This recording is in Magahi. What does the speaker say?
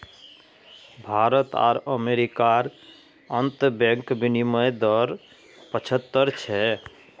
भारत आर अमेरिकार अंतर्बंक विनिमय दर पचाह्त्तर छे